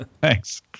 Thanks